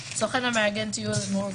אנחנו עוברים לחברת הכנסת מיכל וונש.